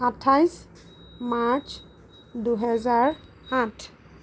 আঠাইছ মাৰ্চ দুহেজাৰ আঠ